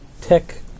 tech